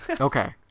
Okay